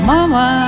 Mama